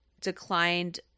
declined